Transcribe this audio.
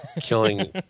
killing